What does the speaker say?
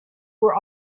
were